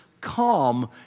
calm